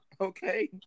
okay